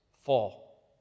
fall